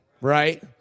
right